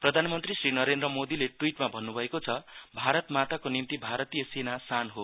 प्रधानमन्त्री श्री नरेन्द्र मोदीले ट्विटमा भन्नुभएको छभारत माताको निम्ति भारतीय सेना सान हो